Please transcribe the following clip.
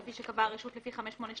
כפי שקבעה הרשות לפי 582,